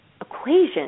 equation